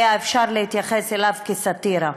היה אפשר להתייחס אליו כאל סאטירה.